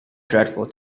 dreadful